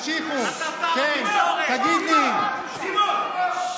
שצריך להיות שידור ציבורי,